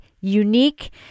unique